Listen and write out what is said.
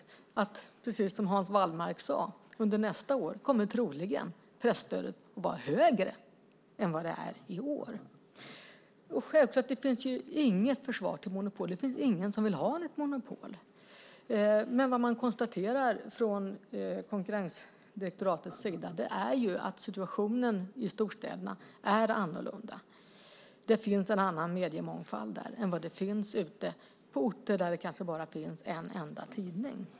Vi kan då konstatera, precis som Hans Wallmark sade, att presstödet troligen under nästa år kommer att vara högre än vad det är i år. Självklart finns det inget försvar för monopol. Det finns ingen som vill ha monopol. Det man konstaterar från konkurrensdirektoratets sida är att situationen i storstäderna är annorlunda. Det finns en annan mediemångfald där än vad det finns ute på orter där det kanske bara finns en enda tidning.